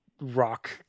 rock